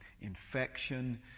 infection